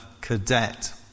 cadet